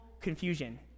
confusion